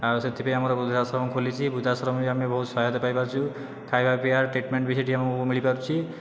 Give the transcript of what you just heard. ଆଉ ସେଥିପାଇଁ ଆମର ବୃଦ୍ଧାଶ୍ରମ ଖୋଲିଛି ବୃଦ୍ଧାଶ୍ରମରୁ ବି ଆମେ ବହୁତ ସହାୟତା ପାଇପାରୁଛୁ ଖାଇବା ପିଇବା ଟ୍ରିଟମେଣ୍ଟ ବି ସେଠି ଆମକୁ ମିଳିପାରୁଛି